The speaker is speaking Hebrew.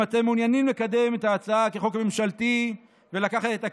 אם אתם מעוניינים לקדם את ההצעה כחוק ממשלתי ולקחת את הקרדיט,